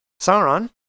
Sauron